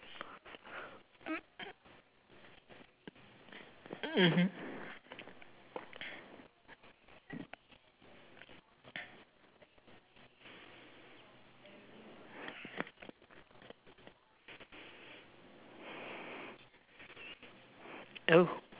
mmhmm oh